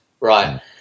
Right